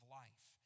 life